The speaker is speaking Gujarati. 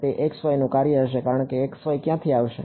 તે xy નું કાર્ય હશે કારણ કે xy ક્યાંથી આવશે